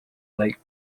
lake